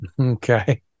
Okay